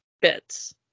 bits